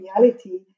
reality